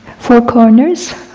four corners,